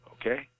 okay